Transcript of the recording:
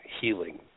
healing